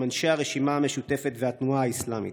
אנשי הרשימה המשותפת והתנועה האסלאמית.